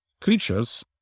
creatures